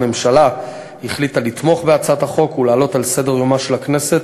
הממשלה החליטה לתמוך בהצעת החוק ולהעלות על סדר-יומה של הכנסת